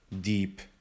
deep